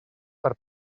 per